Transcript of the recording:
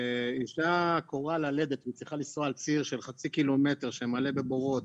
כשאישה כורע ללדת והיא צריכה לנסוע על ציר של חצי קילומטר שמלא בבורות,